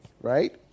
right